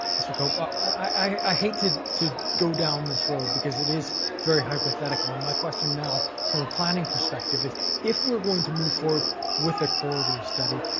mr. cope. ah i hate to to go down this road because it is very hypothetical, and my question now from a planning perspective is if we're going to move forward with a corridor study,